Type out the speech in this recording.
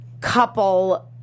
couple